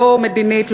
לא מדינית,